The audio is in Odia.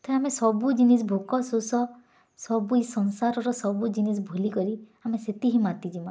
ଇଥେ ଆମେ ସବୁ ଜିନିଷ୍ ଭୋକ ଶୋଷ ସବୁ ଇ ସଂସାରର ସବୁ ଜିନିଷ୍ ଭୁଲିକରି ଆମେ ସେଥିରେ ମାତି ଯିମା